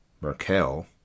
Merkel